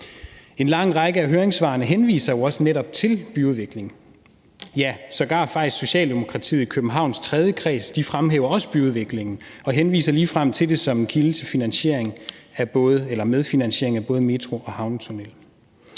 En lang række af høringssvarene henviser jo også netop til byudvikling. Ja, sågar Socialdemokratiets tredje kreds i København fremhæver faktisk også byudvikling og henviser ligefrem til det som en kilde til medfinansiering af både metro og havnetunnel.